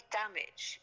damage